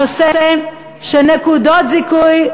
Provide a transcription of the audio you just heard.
הנושא של נקודות זיכוי,